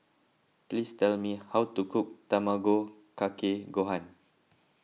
please tell me how to cook Tamago Kake Gohan